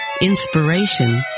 inspiration